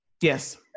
Yes